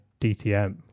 DTM